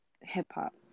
hip-hop